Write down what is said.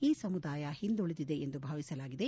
ಈ ಸಮುದಾಯ ಹಿಂದುಳಿದಿದೆ ಎಂದು ಭಾವಿಸಲಾಗಿದೆ